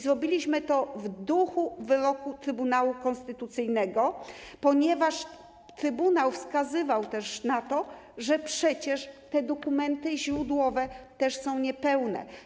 Zrobiliśmy to w duchu wyroku Trybunału Konstytucyjnego, ponieważ trybunał wskazywał też na to, że przecież te dokumenty źródłowe też są niepełne.